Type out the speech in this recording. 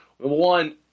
One